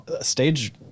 stage